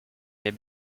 mais